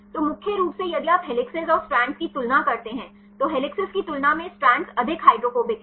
तो मुख्य रूप से यदि आप हेलिसेस और स्ट्रैंड्स की तुलना करते हैं तो हेलिक्स की तुलना में स्ट्रैंड्स अधिक हाइड्रोफोबिक हैं